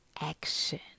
action